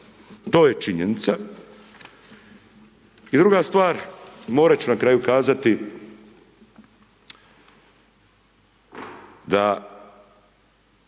to je činjenica. I druga stvar, morat ću na kraju kazati, da